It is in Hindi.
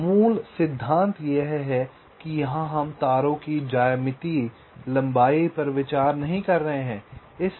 तो मूल सिद्धांत यह है कि यहां हम तारों की ज्यामितीय लंबाई पर विचार नहीं कर रहे हैं